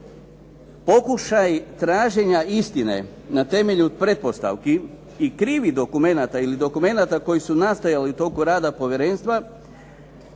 Pokušaj traženja istine na temelju pretpostavki i krivih dokumenata ili dokumenata koji su nastajali u toku rada povjerenstva